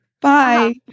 Bye